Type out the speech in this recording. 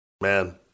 man